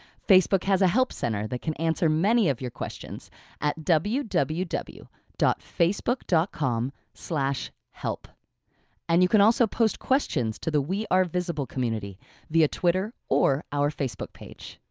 facebook has a help center that can answer many of your questions at www www dot facebook dot com slash help and you can also post questions to the we are visible community via twitter or our facebook page.